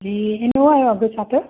जी Innova जो अघु छा अथव